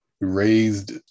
RAISED